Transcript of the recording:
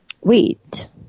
Wait